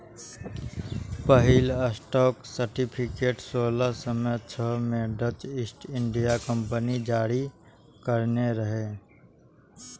पहिल stock certificate सोलह सय छह मे डच ईस्ट इंडिया कंपनी जारी करने रहै